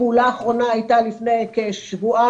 הפעולה האחרונה היתה לפני כשבועיים,